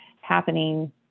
happening